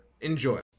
Enjoy